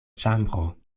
ĉambro